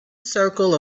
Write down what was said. circle